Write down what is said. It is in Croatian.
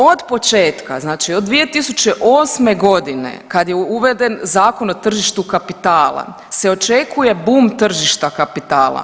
Od početka znači od 2008. godine kad je uveden Zakon o tržištu kapitala se očekuje bum tržišta kapitala.